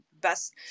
best